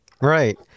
Right